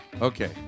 Okay